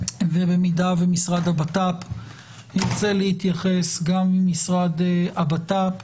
ובמידה והמשרד לביטחון פנים ירצה להתייחס אזי גם מן המשרד לביטחון פנים,